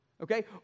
Okay